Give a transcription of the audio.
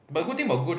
ya